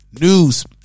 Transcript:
news